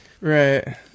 Right